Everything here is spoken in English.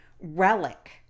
relic